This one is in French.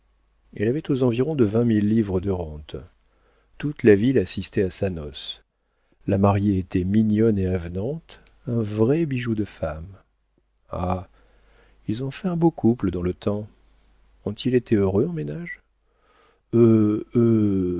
elle avait aux environs de vingt mille livres de rente toute la ville assistait à sa noce la mariée était mignonne et avenante un vrai bijou de femme ah ils ont fait un beau couple dans le temps ont-ils été heureux en ménage heu